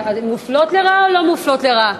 אנחנו מופלות לרעה או לא מופלות לרעה?